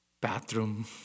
bathroom